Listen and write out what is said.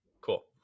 Cool